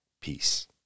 Peace